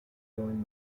join